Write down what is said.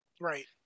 Right